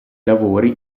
lavori